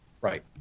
right